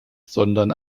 sondern